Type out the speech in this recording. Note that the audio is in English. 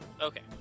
okay